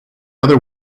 other